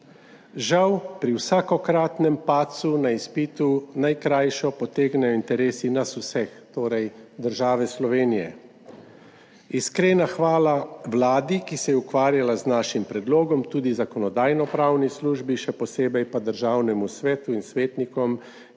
Žal pri vsakokratnem padcu na izpitu najkrajšo potegnejo interesi nas vseh, torej države Slovenije. Iskrena hvala vladi, ki se je ukvarjala z našim predlogom, tudi Zakonodajno-pravni službi, še posebej pa Državnemu svetu in svetnikom,